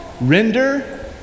Render